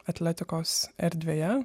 atletikos erdvėje